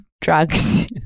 drugs